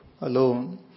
alone